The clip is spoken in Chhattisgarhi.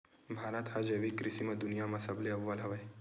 भारत हा जैविक कृषि मा दुनिया मा सबले अव्वल हवे